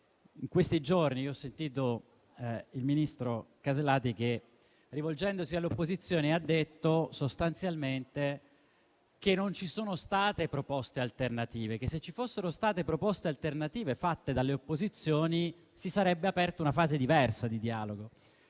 In questi giorni ho sentito il ministro Alberti Casellati, che, rivolgendosi all'opposizione, ha detto sostanzialmente che non ci sono state proposte alternative e che se ci fossero state proposte alternative fatte dalle opposizioni, si sarebbe aperta una fase diversa di dialogo.